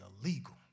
illegal